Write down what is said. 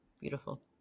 Beautiful